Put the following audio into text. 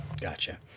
Gotcha